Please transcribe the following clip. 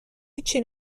هیچی